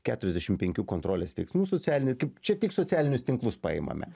keturiasdešimt penkių kontrolės veiksmų socialinia kaip čia tik socialinius tinklus paimame